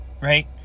right